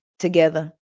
together